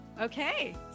Okay